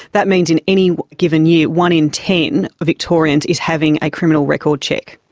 that means in any given year one in ten victorians is having a criminal record check.